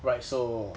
right so